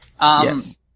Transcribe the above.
Yes